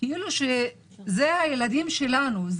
אלה הילדים שלנו,